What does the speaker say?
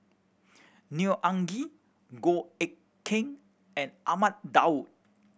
Neo Anngee Goh Eck Kheng and Ahmad Daud